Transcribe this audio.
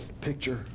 picture